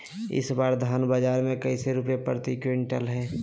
इस बार धान बाजार मे कैसे रुपए प्रति क्विंटल है?